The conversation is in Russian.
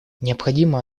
необходимо